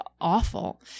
awful